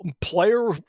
player